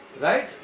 Right